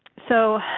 so,